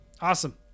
Awesome